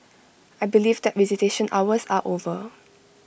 I believe that visitation hours are over